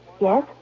Yes